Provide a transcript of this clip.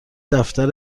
دفتر